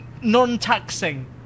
non-taxing